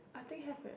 I think have eh